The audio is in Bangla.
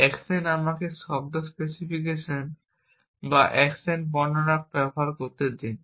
অ্যাকশন আমাকে শব্দ স্পেসিফিকেশন বা অ্যাকশন বর্ণনা ব্যবহার করতে দিন